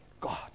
God